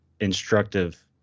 instructive